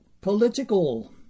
political